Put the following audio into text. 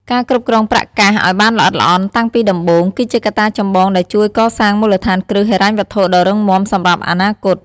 ការគ្រប់គ្រងប្រាក់កាសឲ្យបានល្អិតល្អន់តាំងពីដំបូង គឺជាកត្តាចម្បងដែលជួយកសាងមូលដ្ឋានគ្រឹះហិរញ្ញវត្ថុដ៏រឹងមាំសម្រាប់អនាគត។